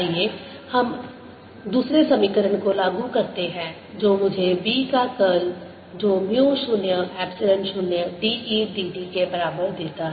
आइए अब हम दूसरे समीकरण को लागू करते हैं जो मुझे B का कर्ल जो म्यू 0 एप्सिलॉन 0 dE dt के बराबर देता है